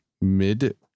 mid